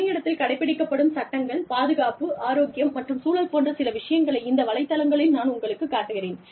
பணியிடத்தில் கடைப்பிடிக்கப்படும் சட்டங்கள் பாதுகாப்பு ஆரோக்கியம் மற்றும் சூழல் போன்ற சில விஷயங்களை இந்த வலைத்தளங்களில் நான் உங்களுக்கு காட்டுகிறேன்